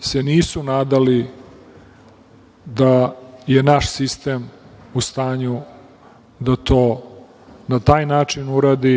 se nisu nadali da je naš sistem u stanju da to na taj način uradi